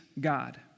God